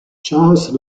charles